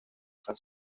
san